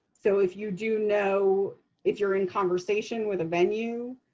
so if you know if you're in conversation with a venue,